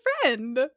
friend